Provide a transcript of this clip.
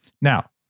Now